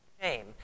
shame